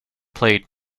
played